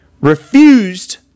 refused